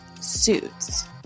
Suits